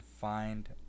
find